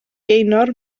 gaynor